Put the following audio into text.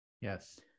Yes